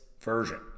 version